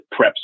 preps